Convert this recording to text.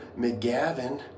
McGavin